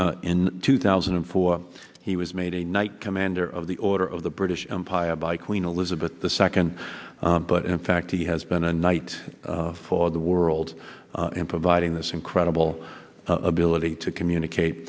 and in two thousand and four he was made a knight commander of the order of the british empire by queen elizabeth the second but in fact he has been a night for the world in providing this incredible ability to communicate